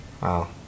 Wow